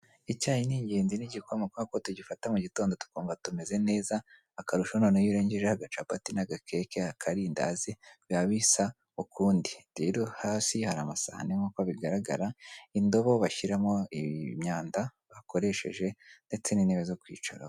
Icyayi ni ingenzi n'igikoma kubera ko tugifata mu gitondo tukumva tumeze neza, akarusho noneho iyo urengejeho agacapati n'agakeke, akarindazi, bibba bisa ukundi. Rero hasi hari amasahane nkuko bigaragara, indobo bashyiramo imyanda bakoresheje ndetse n'intebe zo kwicaraho.